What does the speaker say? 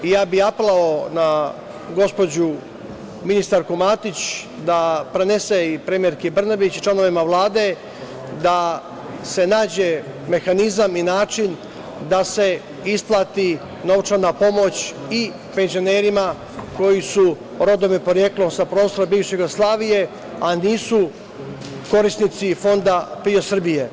Apelovao bih na gospođu ministarku Matić da prenese i premijerki Brnabić i članovima Vlade da se nađe mehanizam i način da se isplati novčana pomoć i penzionerima koji su rodom i poreklom sa prostora bivše Jugoslavije, a nisu korisnici Fonda PIO Srbije.